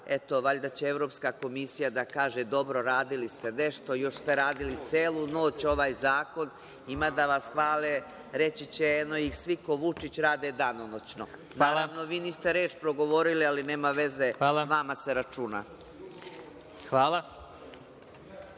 Valjda će Evropska komisija da kaže – dobro, radili ste nešto, još ste radili celu noć ovaj zakon, ima da vas hvale, reći će – eno ih svi, ko Vučić, rade danonoćno. Naravno, vi niste reč progovorili, ali, nema veze, vama se računa.